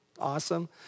Awesome